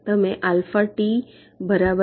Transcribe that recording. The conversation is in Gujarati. તમે આલ્ફા ટી બરાબર 0